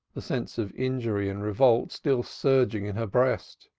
the sense of injury and revolt still surging in her breast.